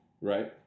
Right